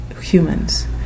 humans